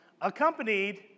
accompanied